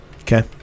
Okay